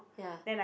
ya